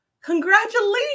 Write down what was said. congratulations